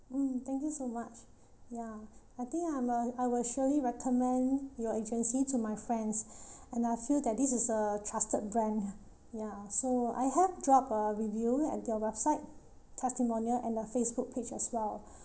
mm thank you so much ya I think I'm a I will surely recommend your agency to my friends and I feel that this is a trusted brand ya so I have dropped a review at your website testimonial and uh Facebook page as well